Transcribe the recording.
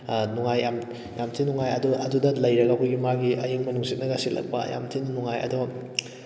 ꯅꯨꯡꯉꯥꯏ ꯌꯥꯝ ꯌꯥꯝꯊꯤꯅ ꯅꯨꯡꯉꯥꯏ ꯑꯗꯨ ꯑꯗꯨꯗ ꯂꯩꯔꯒ ꯑꯩꯈꯣꯏꯒꯤ ꯃꯥꯒꯤ ꯑꯏꯡꯕ ꯅꯨꯡꯁꯤꯠꯅꯒ ꯁꯤꯠꯂꯛꯄ ꯌꯥꯝ ꯊꯤꯅ ꯅꯨꯡꯉꯥꯏ ꯑꯗꯣ